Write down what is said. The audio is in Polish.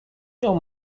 miał